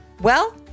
Well